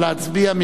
נא להצביע.